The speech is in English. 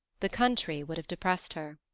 the country would have depressed her.